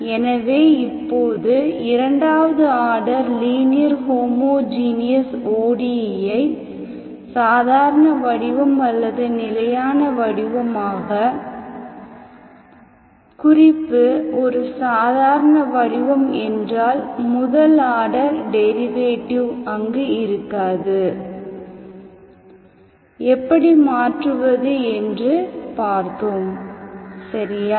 எனவே இப்போது இரண்டாவது ஆர்டர் லீனியர் ஹோமோஜீனியஸ் ODE ஐ சாதாரண வடிவம் அல்லது நிலையான வடிவமாக குறிப்பு ஒரு சாதாரண வடிவம் என்றால் முதல் ஆர்டர் டெரிவேட்டிவ் அங்கு இருக்காது எப்படி மாற்றுவது என்று பார்த்தோம் சரியா